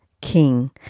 King